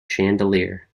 chandelier